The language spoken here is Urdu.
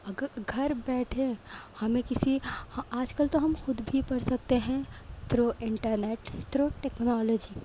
اگر گھر بیٹھے ہمیں کسی آج کل تو ہم خود بھی پڑھ سکتے ہیں تھرو انٹرنیٹ تھرو ٹیکنالوجی